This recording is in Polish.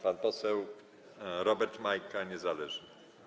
Pan poseł Robert Majka, niezależny.